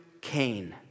Cain